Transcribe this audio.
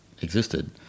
existed